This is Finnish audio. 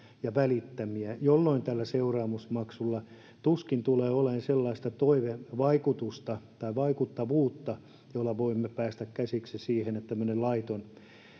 ja välittämiä jolloin tällä seuraamusmaksulla tuskin tulee olemaan sellaista toivevaikutusta tai vaikuttavuutta jolla voimme päästä käsiksi siihen että tämmöinen laiton